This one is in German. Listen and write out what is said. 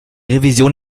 revision